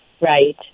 Right